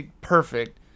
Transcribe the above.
perfect